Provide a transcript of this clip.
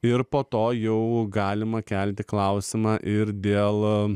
ir po to jau galima kelti klausimą ir dialogą